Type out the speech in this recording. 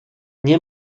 nie